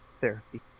therapy